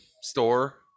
store